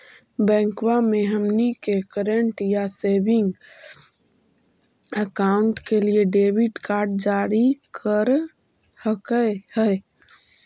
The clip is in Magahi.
बैंकवा मे हमनी के करेंट या सेविंग अकाउंट के लिए डेबिट कार्ड जारी कर हकै है?